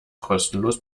kostenlos